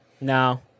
No